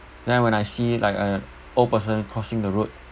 then when I see like an old person crossing the road